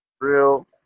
real